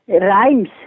rhymes